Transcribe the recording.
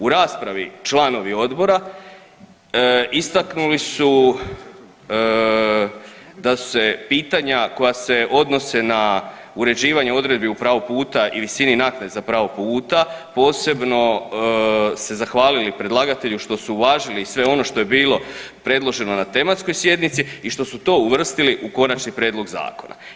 U raspravi članovi odbora istaknuli su da se pitanja koja se odnose na uređivanje odredbi o pravu puta i visini naknade za pravo puta, posebno se zahvalili predlagatelju što su uvažili i sve ono što je bilo predloženo na tematskoj sjednici i što su to uvrstili u konačni prijedlog zakona.